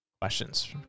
Questions